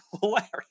hilarious